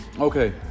okay